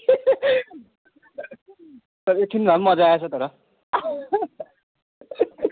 तर एकछिन भए पनि मजा आएछ तर